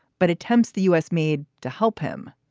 but attempts the u s. made to help him.